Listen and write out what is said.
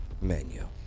menu